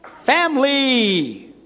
family